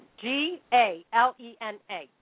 G-A-L-E-N-A